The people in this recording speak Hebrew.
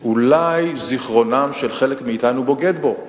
אולי זיכרונם של חלק מאתנו בוגד בנו.